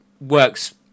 works